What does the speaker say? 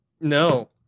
no